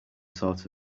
sort